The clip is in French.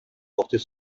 porter